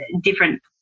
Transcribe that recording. different